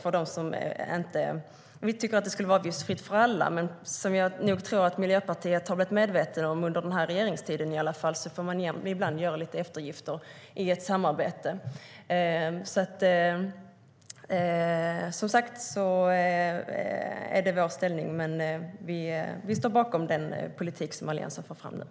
Vi tycker att det skulle vara avgiftsfritt för alla, men som jag nog tror att Miljöpartiet har blivit medvetet om under den här regeringstiden får man i ett samarbete ibland göra lite eftergifter.